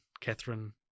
Catherine